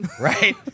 right